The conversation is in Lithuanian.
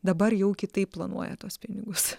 dabar jau kitaip planuoja tuos pinigus